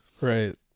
Right